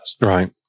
right